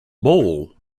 bowl